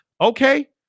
Okay